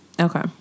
Okay